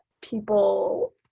people